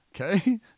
Okay